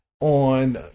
On